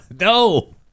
No